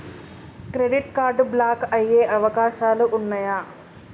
Credit card block అయ్యే అవకాశాలు ఉన్నయా?